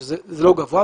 זה לא גבוה.